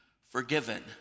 forgiven